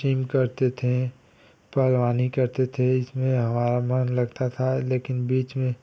gym करते थे पहलवानी करते थे इसमें हमारा मन लगता था लेकिन बीच में